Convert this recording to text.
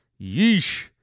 Yeesh